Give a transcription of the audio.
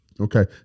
Okay